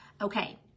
Okay